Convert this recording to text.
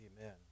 amen